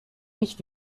nicht